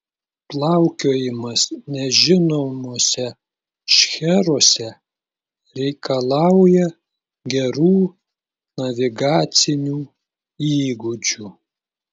plaukiojimas nežinomuose šcheruose reikalauja gerų navigacinių įgūdžių